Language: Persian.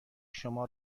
شما